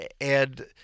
And-